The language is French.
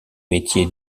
métier